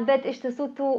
bet iš tiesų tų